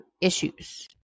issues